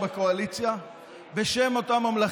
למה